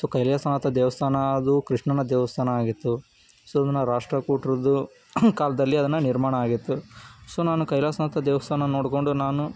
so Kailasanatha ದೇವಸ್ಥಾನ ಅದು ಕೃಷ್ಣನ ದೇವಸ್ಥಾನ ಆಗಿತ್ತು ಸೊ ಅದನ್ನು ರಾಷ್ಟ್ರಕೂಟರದ್ದು ಕಾಲದಲ್ಲಿ ಅದನ್ನು ನಿರ್ಮಾಣ ಆಗಿತ್ತು ಸೊ ನಾನು ಕೈಲಾಸನಾಥ ದೇವಸ್ಥಾನ ನೋಡಿಕೊಂಡು ನಾನು